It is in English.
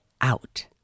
out